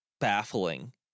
baffling